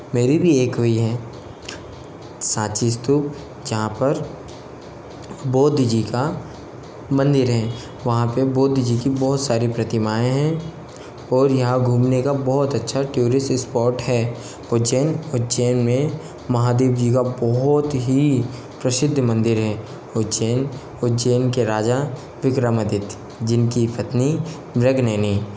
मेरी भी एक हुई है साँची स्तूप जहाँ पर बुद्ध जी का मंदिर है वहाँ पे बुद्ध जी की बहुत सारी प्रतिमाएँ हैं और यहाँ घूमने का बहुत अच्छा ट्यूरिस इस्पौट है उज्जैन उज्जैन में महादेव जी का बहुत ही प्रसिद्ध मंदिर है उज्जैन उज्जैन के राजा विक्रमादित्य जिनकी पत्नी मृगनयनी